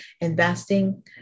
investing